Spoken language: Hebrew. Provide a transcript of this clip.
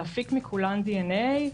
להפיק מכולן דנ"א,